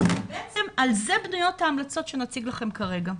ובעצם על זה בנויות ההמלצות שנציג לכם כרגע.